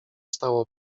stało